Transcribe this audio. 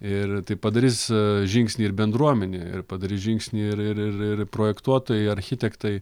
ir tai padarys žingsnį ir bendruomenė ir padarys žingsnį ir ir ir ir projektuotojai architektai